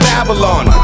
Babylon